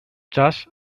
does